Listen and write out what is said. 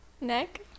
neck